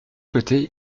côtés